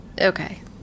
okay